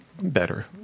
better